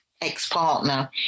ex-partner